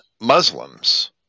Muslims